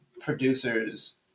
producers